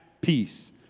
peace